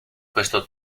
questo